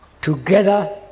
together